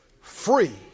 free